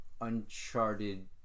Uncharted